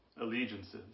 allegiances